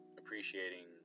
appreciating